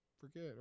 forget